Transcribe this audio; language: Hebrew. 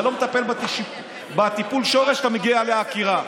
אתה לא מטפל בטיפול שורש, אתה מגיע לעקירה.